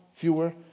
fewer